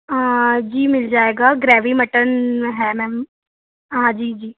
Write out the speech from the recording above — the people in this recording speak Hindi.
आँ जी मिल जाएगा ग्रेवी मटन है मैम हाँ जी जी